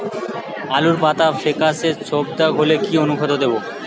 আলুর পাতা ফেকাসে ছোপদাগ হলে কি অনুখাদ্য দেবো?